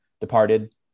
departed